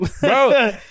Bro